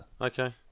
Okay